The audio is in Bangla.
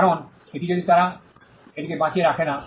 কারণ এটি যদি তারা এটিকে বাঁচিয়ে রাখে না